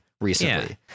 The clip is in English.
recently